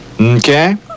Okay